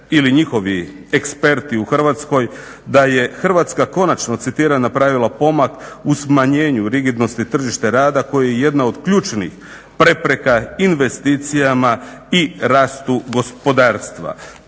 ili njihovi eksperti u Hrvatskoj da je Hrvatska konačno, citiram: "napravila pomak u smanjenju rigidnosti tržišta rada koji je jedna od ključnih prepreka investicijama i rastu gospodarstva".